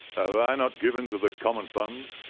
have i not given to the common fund?